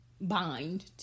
bind